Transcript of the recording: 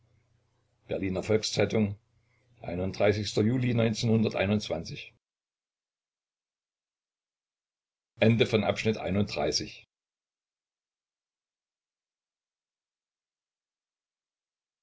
berliner volks-zeitung juli